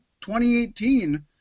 2018